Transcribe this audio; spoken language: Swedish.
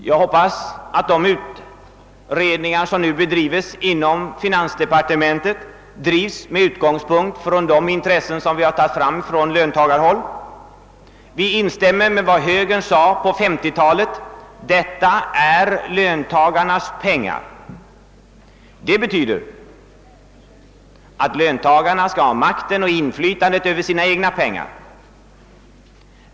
Jag hoppas att de utredningar som nu bedrives inom finansdepartementet genomförs med utgångspunkt från de intressen som vi fört fram från löntagarhåll. Vi instämmer i vad högern betonade under 1950-talet, nämligen att detta är löntagarnas pengar. Det betyder att löntagarna bör ha inflytande över dessa pengar.